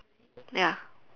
ya